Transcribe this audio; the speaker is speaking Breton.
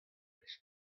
blij